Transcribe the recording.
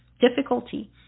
Difficulty